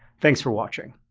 thanks for watching.